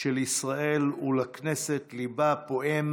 של ישראל, ולכנסת, ליבה הפועם